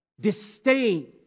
disdain